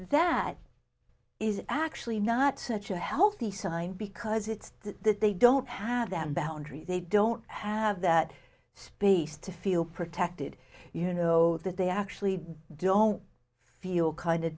that is actually not such a healthy sign because it's that they don't have them boundaries they don't have that space to feel protected you know that they actually don't feel kind of